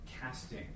casting